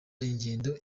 ingendo